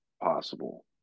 possible